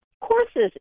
courses